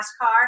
NASCAR